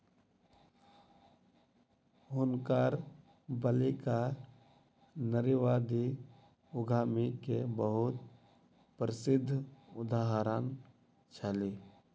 हुनकर बालिका नारीवादी उद्यमी के बहुत प्रसिद्ध उदाहरण छली